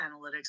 analytics